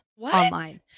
online